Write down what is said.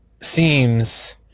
seems